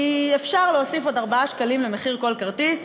כי אפשר להוסיף עוד 4 שקלים למחיר כל כרטיס,